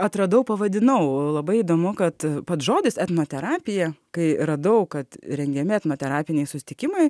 atradau pavadinau labai įdomu kad pats žodis etnoterapija kai radau kad rengiami etnoterapiniai susitikimai